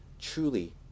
truly